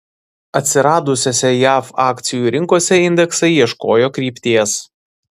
atsidariusiose jav akcijų rinkose indeksai ieškojo krypties